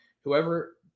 Whoever